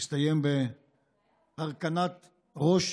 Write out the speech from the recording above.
שהסתיים בהרכנת ראש